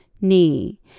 knee